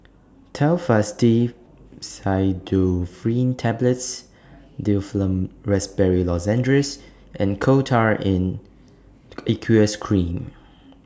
Telfast D Pseudoephrine Tablets Difflam Raspberry Lozenges and Coal Tar in Aqueous Cream